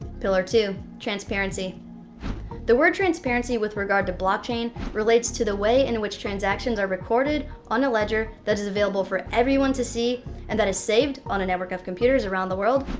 pillar two transparency the word transparency with regard to blockchain relates to the way in which transactions are recorded on a ledger that is available for everyone to see and that is saved on a network of computers around the world,